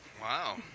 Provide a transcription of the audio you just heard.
Wow